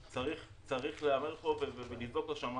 צריך לומר פה ולזעוק לשמים